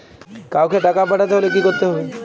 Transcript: কাওকে টাকা পাঠাতে হলে কি করতে হবে?